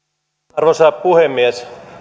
arvoisa puhemies